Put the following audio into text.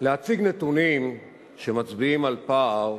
להציג נתונים שמצביעים על פער